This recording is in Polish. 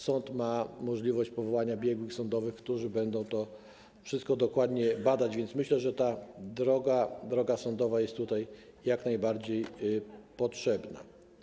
Sąd ma możliwość powołania biegłych sądowych, którzy będą to wszystko dokładnie badać, więc myślę, że droga sądowa jest jak najbardziej potrzebna.